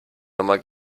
nummer